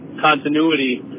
continuity